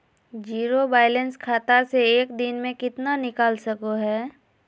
Zero balance खाता से एक दिन में कितना निकाल सको है?